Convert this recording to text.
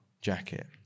jacket